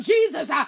Jesus